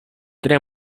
tre